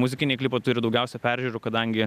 muzikiniai klipai turi daugiausia peržiūrų kadangi